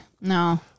no